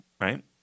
right